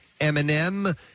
Eminem